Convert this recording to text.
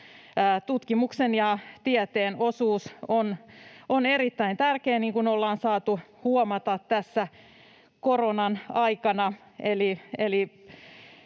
Tutkimuksen ja tieteen osuus on erittäin tärkeä, niin kuin on saatu huomata tässä koronan aikana,